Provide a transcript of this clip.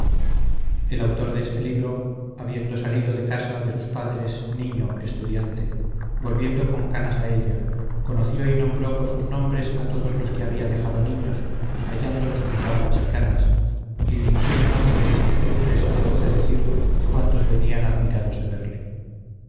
el autor de este libro habiendo salido de casa de sus padres niño estudiante volviendo con canas a ella conoció y nombró por sus nombres a todos los que había dejado niños hallándolos con barbas y canas y ningun nombre ni costumbres dejó de decir de cuantos venían admirados de verle